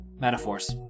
Metaphors